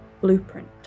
blueprint